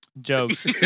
Jokes